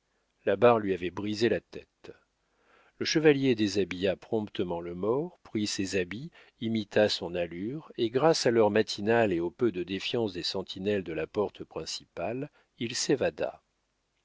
la barre lui avait brisé la tête le chevalier déshabilla promptement le mort prit ses habits imita son allure et grâce à l'heure matinale et au peu de défiance des sentinelles de la porte principale il s'évada